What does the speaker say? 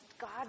God